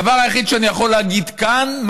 הדבר היחיד שאני יכול להגיד כאן,